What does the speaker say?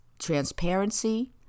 transparency